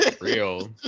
real